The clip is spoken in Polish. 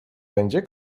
będzie